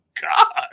god